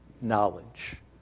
knowledge